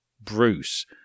Bruce